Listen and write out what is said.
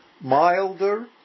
milder